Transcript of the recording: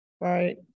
Right